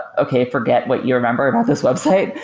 okay. forget what you remembered at this website,